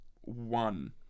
one